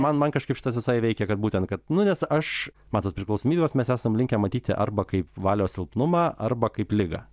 man man kažkaip šitas visai veikia kad būtent kad nu nes aš matot priklausomybes mes esam linkę matyti arba kaip valios silpnumą arba kaip ligą